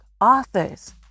authors